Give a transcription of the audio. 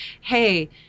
hey